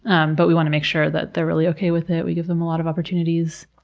on. but we want to make sure that they're really okay with it. we give them a lot of opportunities.